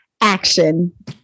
Action